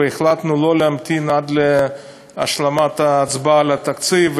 החלטנו לא להמתין עד להשלמת ההצבעה על התקציב,